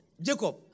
Jacob